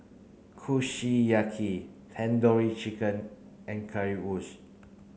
Kushiyaki Tandoori Chicken and Currywurst